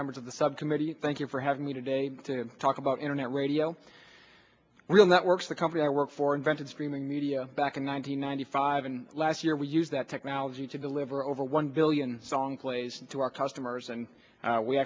members of the subcommittee thank you for having me today to talk about internet radio real networks the company i work for invented streaming media back in one nine hundred ninety five and last year we use that technology to deliver over one billion song plays to our customers and